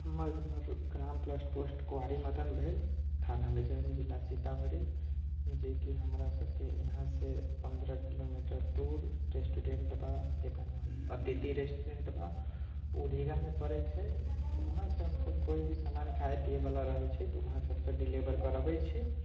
हमर घर ग्राम प्लस पोस्ट कुआरि मदन भेल थाना मेजरगन्ज जिला सीतामढ़ी जेकि हमरा सभके यहाँसँ पन्द्रह किलोमीटर दूर रेस्टोरेन्ट बा जेकर नाम अतिथि रेस्टोरेन्ट बा ओ रीगामे पड़ै छै वहाँसँ हम सभ कोइ भी समान खाये पियै बला रहै छै तऽ वहाँसँ हम सभ डिलिभर करबै छी